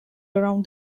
around